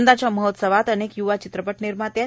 यंदाच्या महोत्सवात अनेक य्वा चित्रपट निर्माते आहेत